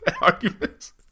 arguments